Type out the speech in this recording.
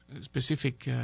Specific